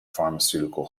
pharmaceutical